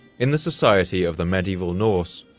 in the society of the medieval norse,